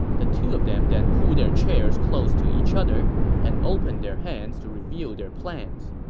the two of them then pulled their chairs close to each other and opened their hands to reveal their plans.